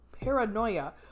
paranoia